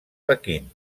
pequín